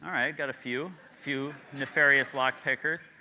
all right, got a few, few nefarious lock pickers.